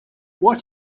what